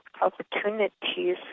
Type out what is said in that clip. Opportunities